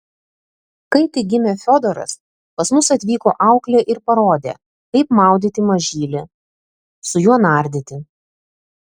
kai tik gimė fiodoras pas mus atvyko auklė ir parodė kaip maudyti mažylį su juo nardyti